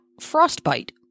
frostbite